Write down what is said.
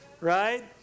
right